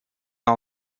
our